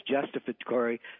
justificatory